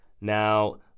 Now